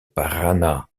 paraná